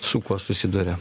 su kuo susiduria